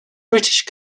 british